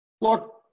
Look